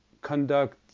conduct